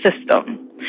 System